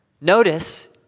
Notice